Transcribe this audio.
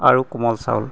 আৰু কোমল চাউল